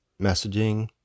messaging